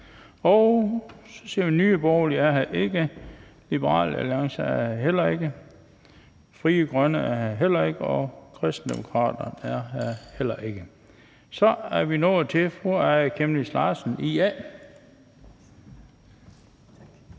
ingen spørgsmål. Nye Borgerlige er her ikke, Liberal Alliance er her heller ikke, Frie Grønne er her heller ikke, og Kristendemokraterne er her heller ikke. Så er vi nået til fru Aaja Chemnitz Larsen, IA.